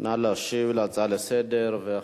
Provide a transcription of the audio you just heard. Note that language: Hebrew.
נא להשיב להצעה לסדר-היום.